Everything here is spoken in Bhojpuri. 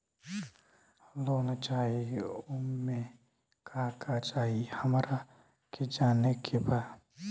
लोन चाही उमे का का चाही हमरा के जाने के बा?